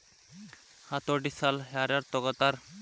ಹತೋಟಿ ಸಾಲಾ ಯಾರ್ ಯಾರ್ ತಗೊತಾರ?